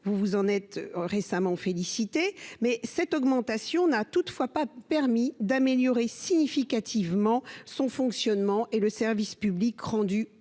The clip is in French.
vous vous en êtes récemment félicitée, mais cette augmentation n'a toutefois pas permis d'améliorer significativement son fonctionnement et le service public rendu aux